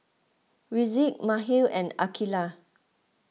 Rizqi Mikhail and Aqeelah